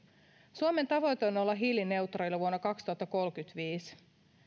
suomen tavoite on olla hiilineutraali vuonna kaksituhattakolmekymmentäviisi